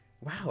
wow